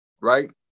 Right